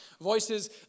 Voices